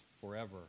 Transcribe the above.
forever